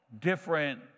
different